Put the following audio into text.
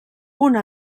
una